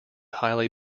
highly